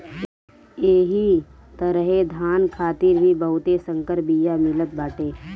एही तरहे धान खातिर भी बहुते संकर बिया मिलत बाटे